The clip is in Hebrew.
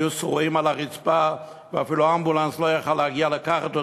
היו שרועים על הרצפה ואפילו האמבולנס לא יכול להגיע לקחת אותם,